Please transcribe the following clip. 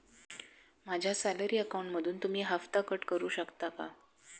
माझ्या सॅलरी अकाउंटमधून तुम्ही हफ्ता कट करू शकता का?